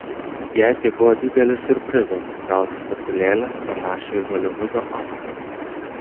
jai tai buvo didelis siurprizas gauti statulėlę panašią į holivudo oskarą